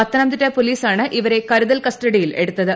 പത്തനംതിട്ട പൊലീസാണ് ഇവരെ കരുതൽ കസ്റ്റഡിയിൽ എടുത്തത്